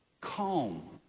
calm